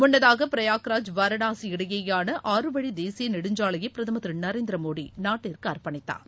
முன்னதாக பிரயாக்ராஜ் வாரனாசி இடையேயான ஆறுவழி தேசிய நெடுஞ்சாலையை பிரதமர் திரு நரேந்திர மோடி நாட்டிற்கு அர்ப்பணித்தார்